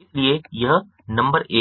इसलिए यह नंबर एक है